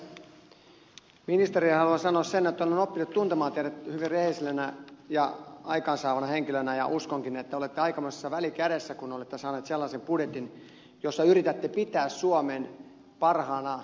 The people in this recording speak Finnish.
ministerille haluan sanoa sen että olen oppinut tuntemaan teidät hyvin rehellisenä ja aikaansaavana henkilönä ja uskonkin että olette aikamoisessa välikädessä kun olette saanut sellaisen budjetin jossa yritätte pitää suomen parhaana oppimisen maana